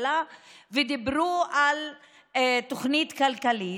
הממשלה ודיברו על תוכנית כלכלית,